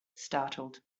startled